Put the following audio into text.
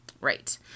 Right